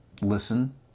listen